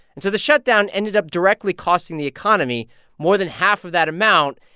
and so the shutdown ended up directly costing the economy more than half of that amount,